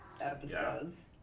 Episodes